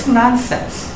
nonsense